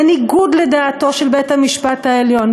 בניגוד לדעתו של בית-המשפט העליון,